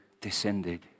descended